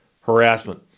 Harassment